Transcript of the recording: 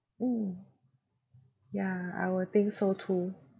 mm yeah I will think so too